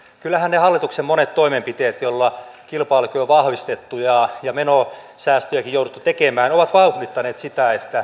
kyllähän ne hallituksen monet toimenpiteet joilla kilpailukykyä on vahvistettu ja ja menosäästöjäkin jouduttu tekemään ovat vauhdittaneet sitä että